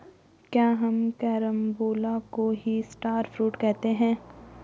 क्या हम कैरम्बोला को ही स्टार फ्रूट कहते हैं?